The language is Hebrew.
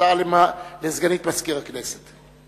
הודעה לסגנית מזכיר הכנסת.